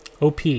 OP